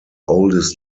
oldest